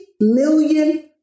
million